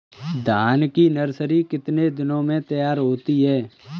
धान की नर्सरी कितने दिनों में तैयार होती है?